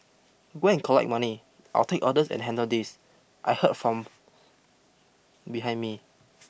go and collect money I'll take orders and handle this I heard from behind me